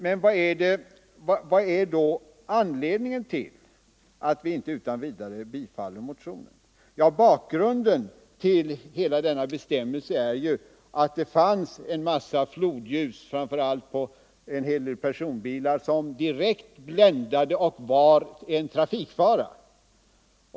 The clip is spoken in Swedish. Men vad är anledningen till att vi inte utan vidare tillstyrker motionen? Ja, bakgrunden till hela den aktuella bestämmelsen är ju att det fanns en massa flodljus, framför allt på personbilar, som direkt bländade och var en trafikfara.